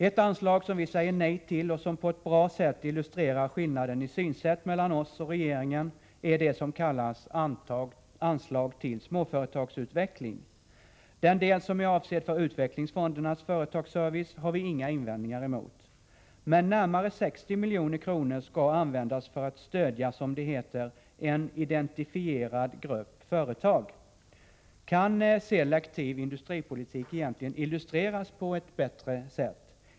Ett anslag som vi säger nej till och som på ett bra sätt illustrerar skillnaden i synsätt mellan oss och regeringen är det som kallas Anslag till småföretagsutveckling. Den del som är avsedd för utvecklingsfondernas företagsservice har vi inga invändningar emot. Men närmare 60 milj.kr. skall användas för att stödja, som det heter, ”en identifierad grupp företag”. Kan selektiv industripolitik egentligen illustreras på ett bättre sätt?